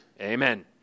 Amen